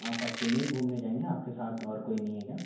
आप अकेले ही घूमने जाएंगे आपके साथ और कोई नहीं है क्या